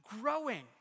growing